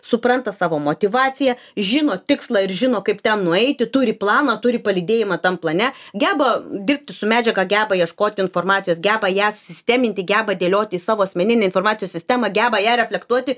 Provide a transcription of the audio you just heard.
supranta savo motyvaciją žino tikslą ir žino kaip ten nueiti turi planą turi palydėjimą tam plane geba dirbti su medžiaga geba ieškoti informacijos geba ją susisteminti geba dėlioti į savo asmeninį informacijos sistemą geba ją reflektuoti